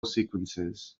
sequences